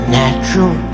natural